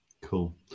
Cool